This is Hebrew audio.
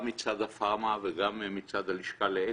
גם מצד הפארמה וגם מצד הלשכה לאתיקה,